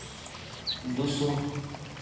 ᱫᱩ ᱥᱚ